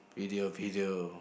video video